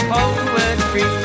Poetry